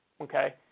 okay